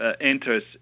Enters